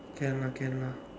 can lah can lah